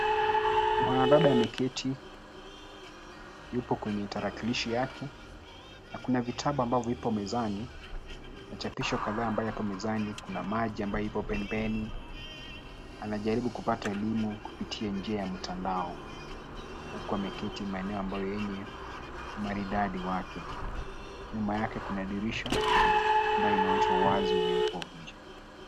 Mwanadada ameketi, yupo kwenye tarakilishi yake, ako na vitabu ambavyo vipo mezani, machapisho kadhaa ambayo yapo mezani, kuna maji ambayo ipo pembeni, anajaribu kupata elimu kupitia njia ya mtandao huku ameketi maeneo ambayo yenye umaridadi wake. Nyuma yake kuna dirisha ambayo inaonyesha wazi uliopo inje.